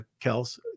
kels